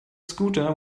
scooter